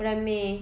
bulan may